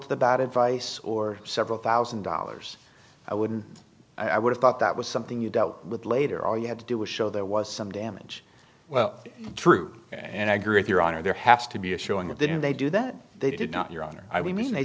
the bad advice or several one thousand dollars i wouldn't i would have thought that was something you dealt with later all you had to do was show there was some damage well true and i agree with your honor there has to be a showing that they did they do that they did not your honor i mean they